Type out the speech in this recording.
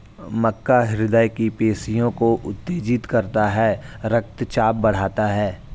मक्का हृदय की पेशियों को उत्तेजित करता है रक्तचाप बढ़ाता है